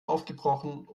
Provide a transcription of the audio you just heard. aufgebrochen